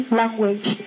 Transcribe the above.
language